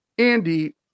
Andy